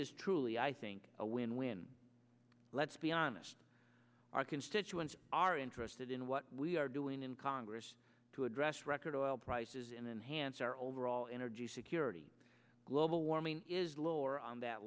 is truly i think a win win let's be honest our constituents are interested in what we are doing in congress to address record oil prices and enhanced our overall energy security global warming is lower on that